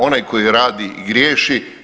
Onaj koji radi i griješi.